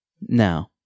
Now